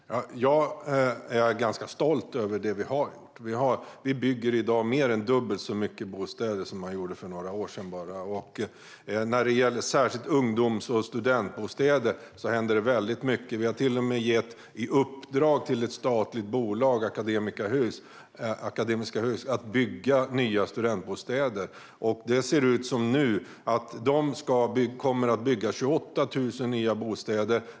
Fru talman! Jag är ganska stolt över det som vi har gjort. Vi bygger i dag mer än dubbelt så många bostäder än vad man gjorde för några år sedan. När det gäller ungdoms och studentbostäder händer det väldigt mycket. Vi har till och med gett i uppdrag till ett statligt bolag - Akademiska hus - att bygga nya studentbostäder. Nu ser det ut som att det kommer att byggas 28 000 nya bostäder.